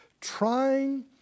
trying